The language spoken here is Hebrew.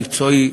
מקצועי,